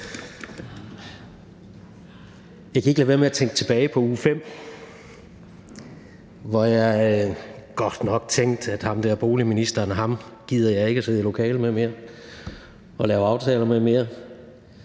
Jeg kan ikke lade være med at tænke tilbage på uge 5, hvor jeg godt nok tænkte: Ham der boligministeren gider jeg ikke sidde i lokale og lave aftaler med mere.